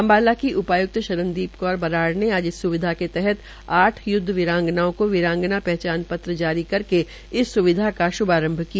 अम्बाला की उपाय्क्त शरणदीप कौर बराड़ ने आज इस स्विधा के तहत आठ यूद्व वीरांगनाओ को वीरांगना पहचान पत्र जारी करके इस स्विधा का श्भारंभ किया